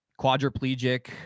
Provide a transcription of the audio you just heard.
quadriplegic